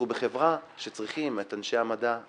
אנחנו בחברה שצריכים את אנשי המדע,